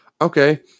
okay